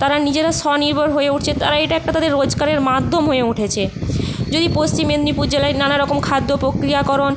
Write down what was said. তারা নিজেরা স্বনির্ভর হয়ে উঠছে তারা এটা একটা তাদের রোজগারের মাধ্যম হয়ে উঠেছে যদি পশ্চিম মেদিনীপুর জেলায় নানা রকম খাদ্য প্রক্রিয়াকরণ